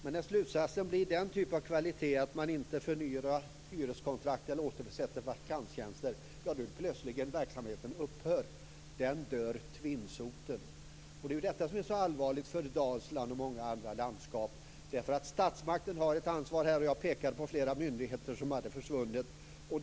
Men när man inte förnyar hyreskontrakt eller återbesätter vakanta tjänster upphör plötsligen verksamheten. Den dör tvinsoten. Det är ju detta som är så allvarligt för Dalsland och många andra landskap. Statsmakten har ett ansvar här, och jag har pekat på flera myndigheter som har försvunnit.